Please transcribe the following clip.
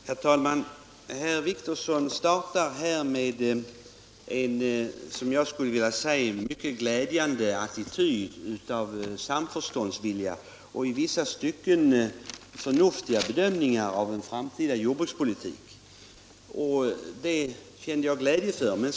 Herr talman! Herr Wictorsson startar här med en, som jag skulle vilja säga, mycket glädjande attityd av samförståndsvilja och i vissa stycken förnuftiga bedömningar av en framtida jordbrukspolitik. Jag kände glädje inför det.